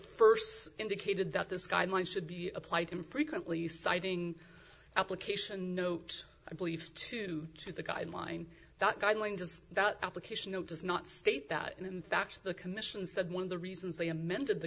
first indicated that this guideline should be applied infrequently citing application notes i believe to to the guideline that guidelines as the application of does not state that in fact the commission said one of the reasons they amended the